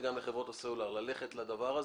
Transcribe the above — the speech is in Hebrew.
ולחברות הסלולר ללכת לדבר הזה,